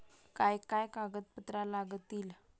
काय काय कागदपत्रा लागतील?